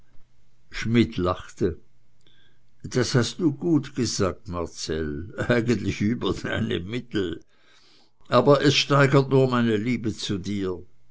schmidt lachte das hast du gut gesagt marcell eigentlich über deine mittel aber es steigert nur meine liebe zu dir